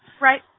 Right